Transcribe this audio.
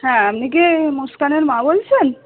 হ্যাঁ আপনি কি মুসকানের মা বলছেন